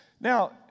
Now